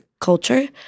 culture